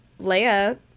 leia